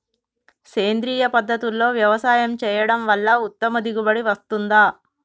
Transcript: సేంద్రీయ పద్ధతుల్లో వ్యవసాయం చేయడం వల్ల ఉత్తమ దిగుబడి వస్తుందా?